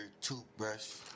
toothbrush